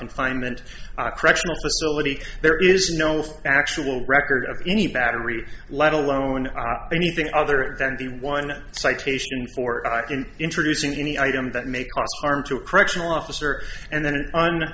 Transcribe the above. confinement correctional facility there is no actual record of any battery let alone anything other than the one citation for introducing any item that made harm to a correctional officer and then